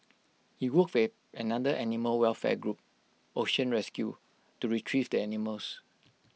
he welfare another animal welfare group ocean rescue to Retrieve the animals